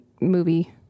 movie